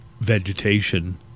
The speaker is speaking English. vegetation